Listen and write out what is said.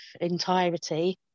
entirety